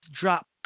drop